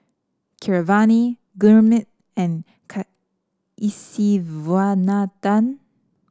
Keeravani Gurmeet and Kasiviswanathan